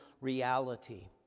reality